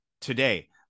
today